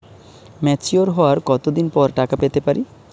Mature হওয়ার কত দিন পর টাকা পেতে পারি?